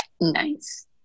Nice